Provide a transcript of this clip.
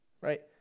right